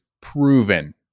proven